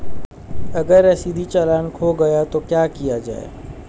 अगर रसीदी चालान खो गया तो क्या किया जाए?